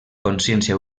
consciència